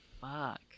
fuck